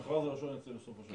כן, המכרז הראשון ייצא בסוף השנה.